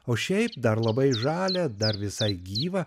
o šiaip dar labai žalia dar visai gyva